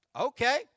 okay